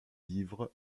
livres